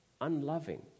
unloving